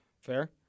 Fair